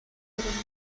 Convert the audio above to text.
coronel